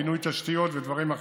פינוי תשתיות ודברים אחרים,